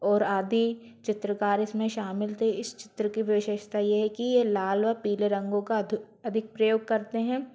और आदि चित्रकार इसमें शामिल थे इस चित्र की विशेषता ये है कि ये लाल व पीले रंगो का अधिक प्रयोग करते हैं